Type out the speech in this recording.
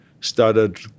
started